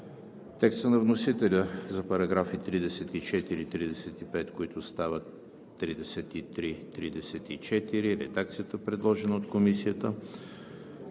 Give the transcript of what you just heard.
текста на вносителя за параграфи 34 и 35, които стават параграфи 33 и 34; редакцията, предложена от Комисията